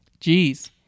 Jeez